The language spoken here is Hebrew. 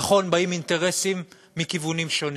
נכון, באים אינטרסים מכיוונים שונים,